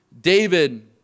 David